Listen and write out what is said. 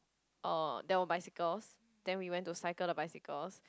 orh there were bicycles then we went to cycle the bicycles